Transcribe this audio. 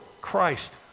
Christ